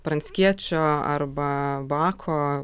pranckiečio arba bako